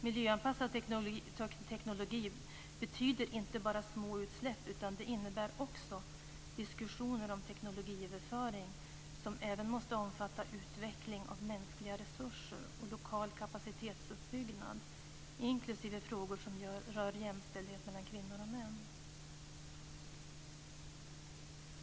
Miljöanpassad teknologi betyder inte bara små utsläpp utan innebär också diskussioner om teknologiöverföring som även måste omfatta utveckling av mänskliga resurser och lokal kapacitetsuppbyggnad, inklusive frågor som rör jämställdhet mellan kvinnor och män.